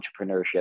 entrepreneurship